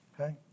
okay